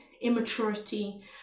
immaturity